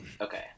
Okay